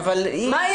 מה היא